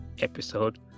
episode